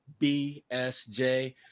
BSJ